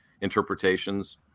interpretations